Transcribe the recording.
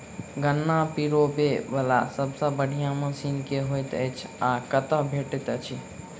गन्ना पिरोबै वला सबसँ बढ़िया मशीन केँ होइत अछि आ कतह भेटति अछि?